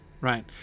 Right